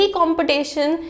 competition